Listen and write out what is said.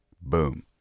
Boom